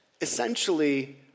essentially